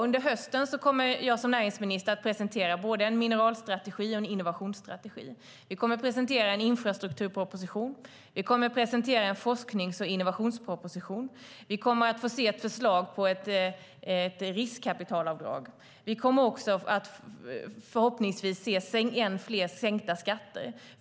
Under hösten kommer jag som näringsminister att presentera både en mineralstrategi och en innovationsstrategi. Vi kommer att presentera en infrastrukturproposition. Vi kommer att presentera en forsknings och innovationsproposition. Vi kommer att få se ett förslag om ett riskkapitalavdrag. Vi kommer också förhoppningsvis att få se ännu fler sänkta skatter.